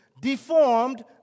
deformed